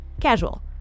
Casual